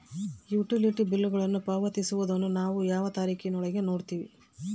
Utility ಬಿಲ್ಲುಗಳನ್ನು ಪಾವತಿಸುವದನ್ನು ಯಾವ ತಾರೇಖಿನ ಒಳಗೆ ನೇವು ಮಾಡುತ್ತೇರಾ?